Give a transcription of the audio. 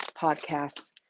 podcasts